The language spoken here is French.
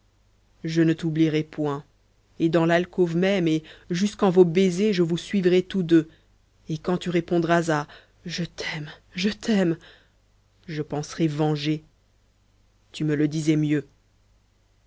je ne t'oublîrai point et dans l'alcôve même et jusqu'en vos baisers je vous suivrai tous deux et quand tu répondras à je t'aime je t'aime je penserai vengé tu me le disais mieux